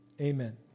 amen